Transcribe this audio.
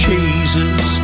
Jesus